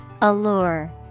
Allure